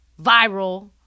viral